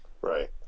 Right